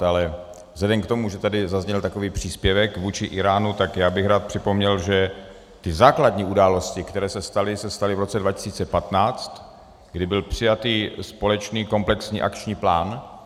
Ale vzhledem k tomu, že tady zazněl takový příspěvek vůči Íránu, tak bych rád připomněl, že ty základní události, které se staly, se staly v roce 2015, kdy byl přijatý společný komplexní akční plán.